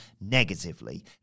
negatively